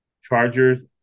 Chargers